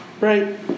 Right